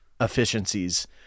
efficiencies